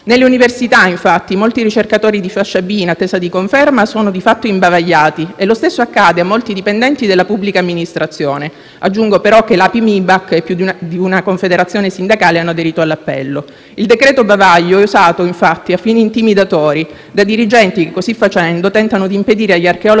Nelle università, infatti, molti ricercatori di fascia B in attesa di conferma sono di fatto "imbavagliati" e lo stesso accade a molti dipendenti della pubblica amministrazione. Aggiungo però che l'API e più d'una importante confederazione sindacale hanno aderito all'appello. Il cosiddetto decreto bavaglio è infatti usato a fini intimidatori da dirigenti che, così facendo, tentano di impedire agli archeologi